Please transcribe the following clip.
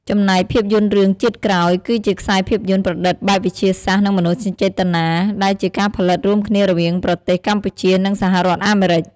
ចំណែកភាពយន្តរឿង ជាតិក្រោយ គឺជាខ្សែភាពយន្ត ប្រឌិតបែបវិទ្យាសាស្ត្រនិងមនោសញ្ចេតនាដែលជាការផលិតរួមគ្នារវាងប្រទេស កម្ពុជា និងសហរដ្ឋអាមេរិក ។